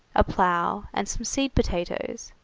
a plough, and some seed potatoes.